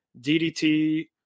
DDT